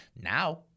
now